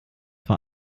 vor